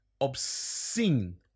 Obscene